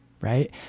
right